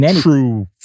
True